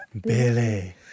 Billy